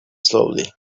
slowly